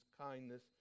kindness